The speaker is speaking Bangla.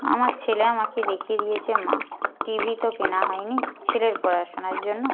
আমার ছেলে আমাকে দেখিয়ে দিয়েছে মা টি ভি তো কেনা হয়নি ছেলের পড়াশোনার জন্য